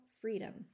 freedom